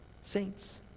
Saints